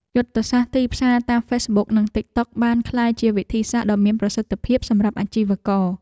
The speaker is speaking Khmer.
យុទ្ធសាស្ត្រទីផ្សារតាមហ្វេសប៊ុកនិងតិកតុកបានក្លាយជាវិធីសាស្ត្រដ៏មានប្រសិទ្ធភាពសម្រាប់អាជីវក។